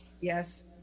Yes